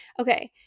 Okay